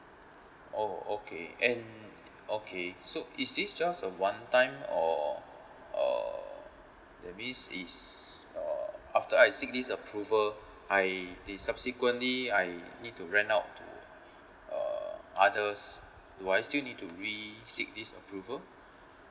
oh okay and okay so is this just a one time or uh that means is uh after I seek this approval I the subsequently I need to rent out uh others do I still need to re seek this approval